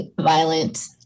violent